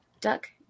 duck